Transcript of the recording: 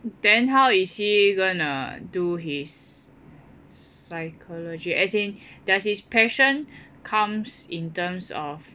then how is he gonna do his psychology as in does his passion comes in terms of